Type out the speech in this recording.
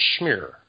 schmear